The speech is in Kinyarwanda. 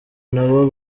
nabo